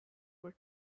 were